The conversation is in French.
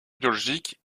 biologique